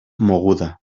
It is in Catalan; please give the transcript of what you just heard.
moguda